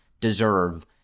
deserve